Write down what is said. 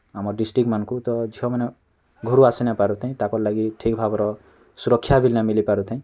ଆମ ଡ଼ିସଟିକ୍ମାନଙ୍କୁ ତ ଝିଅମାନେ ଘରୁ ଆସୁ ନାଇଁ ପାରୁଥାଇ ତାକର୍ ଲାଗି ଠିକ୍ ଭାବର ସୁରକ୍ଷା ବି ନାଇଁ ମିଲୁଥାଇ